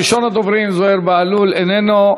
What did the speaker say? ראשון הדוברים, זוהיר בהלול, איננו.